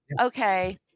okay